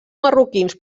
marroquins